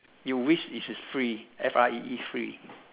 you wish it is free F R E E free